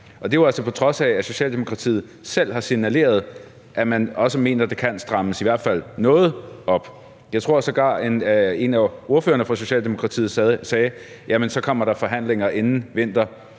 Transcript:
altså, på trods af at Socialdemokratiet selv har signaleret, at man også mener, at der kan strammes i hvert fald noget op. Jeg tror sågar, en af ordførerne for Socialdemokratiet sagde: Jamen så kommer der forhandlinger inden vinter.